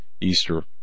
Easter